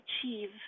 achieve